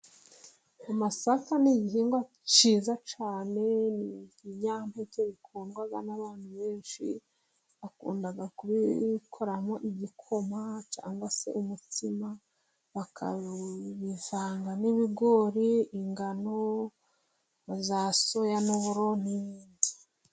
Amasaka ni igihingwa cyiza cyane, n'ibinyampeke bikundwa n'abantu benshi, bakunda kubikoramo igikoma cyangwa se umutsima, bakabivanga n'ibigori, ingano, na soya n'uburo n'ibindi.